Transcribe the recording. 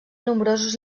nombrosos